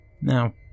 Now